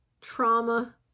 trauma